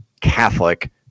Catholic